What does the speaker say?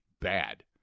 bad